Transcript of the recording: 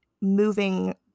moving